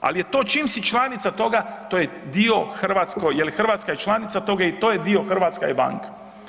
Ali je to čim si članica toga, to je dio hrvatsko je li Hrvatska je članica toga i to je dio hrvatska i banka.